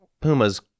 pumas